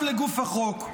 ועכשיו לגוף החוק: